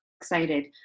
excited